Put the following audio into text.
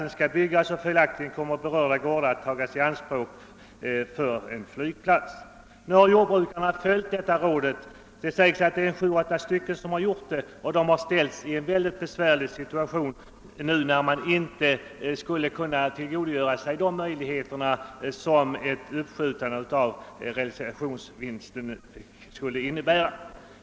Nu har sju eller åtta av jordbrukarna följt detta råd, och de ställs inför en mycket besvärlig situation, om de inte får använda den möjlighet som ett uppskjutande av realisationsvinsten skulle innebära.